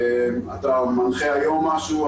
אתה מנחה היום משהו,